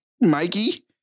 Mikey